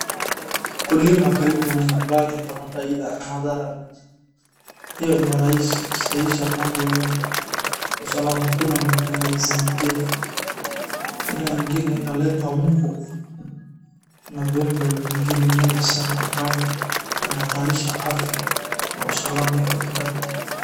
Kulima karibu na nyumbani kuna faida na madhara. Hiyo inarahisisha mambo ya usalama, hakuna mwenye anawezaingia. Ila ingine inaleta mbu na viumbe vingine wengi sana ambaye vinahatarisha afya na usalama ya wanadamu.